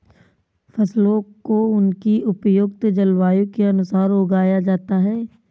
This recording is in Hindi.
फसलों को उनकी उपयुक्त जलवायु के अनुसार उगाया जाता है